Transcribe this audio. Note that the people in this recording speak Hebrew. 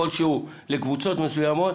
כלשהו לקבוצות מסוימות,